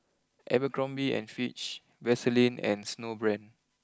Abercrombie and Fitch Vaseline and Snowbrand